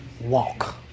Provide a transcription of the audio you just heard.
walk